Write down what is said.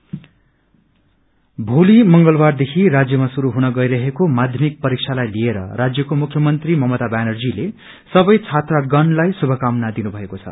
CM विसेस भोलि मंगलवारदेखि राज्मा शुरू हुन गइरहेको माध्यमिक परीक्षालाई लिएर राजयको मुख्यमन्त्री ममता व्यानर्जीले सवै छात्रगणलाई शुमकामना दिनु भएको छ